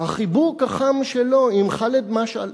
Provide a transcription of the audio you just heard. החיבוק החם שלו עם ח'אלד משעל,